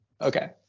Okay